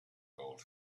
gold